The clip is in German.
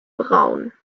braun